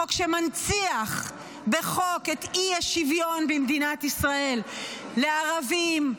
חוק שמנציח בחוק את האי-שוויון במדינת ישראל לערבים,